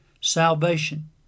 salvation